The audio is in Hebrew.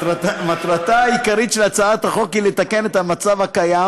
מטרתה העיקרית של הצעת החוק היא לתקן את המצב הקיים